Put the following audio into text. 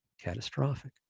catastrophic